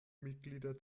mitglieder